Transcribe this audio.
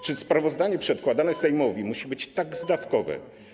Czy sprawozdanie przedkładane Sejmowi musi być tak zdawkowe?